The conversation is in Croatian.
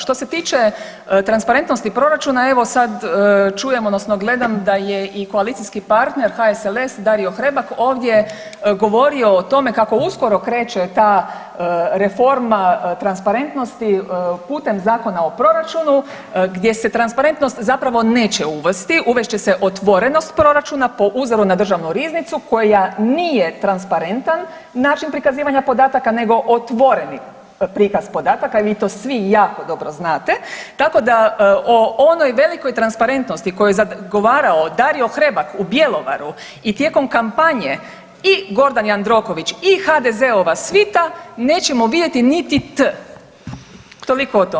Što se tiče transparentnosti proračuna, evo sad čujem odnosno gledam da je i koalicijski partner HSLS Dario Hrebak govorio o tome kako uskoro kreće ta reforma transparentnosti putem Zakona o proračunu gdje se transparentnosti zapravo neće uvesti, uvest će se otvorenost proračuna po uzoru na državnu riznicu koja nije transparentan način prikazivanja podataka nego otvoreni prikaz podataka i vi to svi jako dobro znate, tako da o onoj velikoj transparentnosti koju je zagovarao Dario Hrebak u Bjelovaru i tijekom kampanje i Gordan Jandroković i HDZ-ova svita nećemo vidjeti niti T, toliko o tome.